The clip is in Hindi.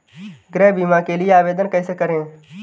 गृह बीमा के लिए आवेदन कैसे करें?